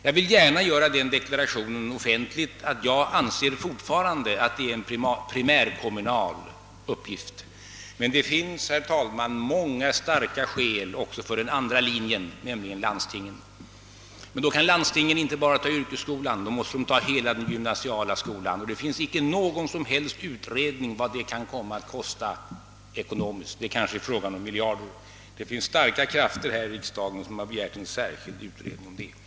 Jag vill gärna göra den deklarationen offentligt, att jag fortfarande anser att det är en primärkommunal uppgift. Men det finns, herr talman, också många starka skäl för den andra linjen, nämligen landstingen. Men då kan inte landstingen bara ta yrkesskolan, då måste de ha hela den gymnasiala skolan. Det finns inte någon som helst utredning om vad det kan komma att kosta ekonomiskt — det är kanske fråga om miljarder, Starka krafter här i riksdagen har begärt en särskild utredning om den saken.